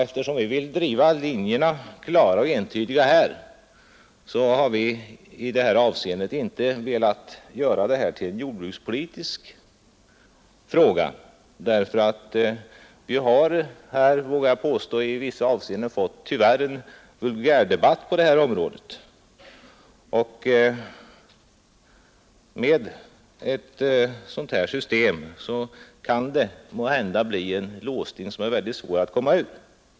Eftersom vi vill driva linjerna klart och entydigt har vi inte velat göra detta till en jordbrukspolitisk fråga. Vi har, vågar jag påstå, tyvärr fått en vulgärdebatt på detta område, och med ett sådant här system kan det måhända bli en låsning som är svår att komma ur.